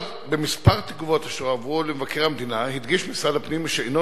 בכמה תגובות אשר הועברו למבקר המדינה הדגיש משרד הפנים שהוא אינו